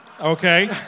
Okay